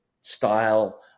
style